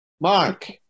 Mark